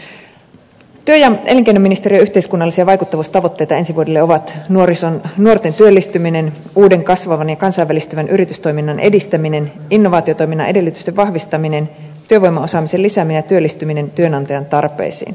työ ja elinkeinoministeriön yhteiskunnallisia vaikuttavuustavoitteita ensi vuodelle ovat nuorten työllistyminen uuden kasvavan ja kansainvälistyvän yritystoiminnan edistäminen innovaatiotoiminnan edellytysten vahvistaminen työvoimaosaamisen lisääminen ja työllistyminen työnantajan tarpeisiin